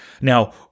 Now